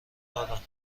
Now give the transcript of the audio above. دادم